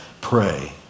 pray